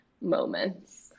moments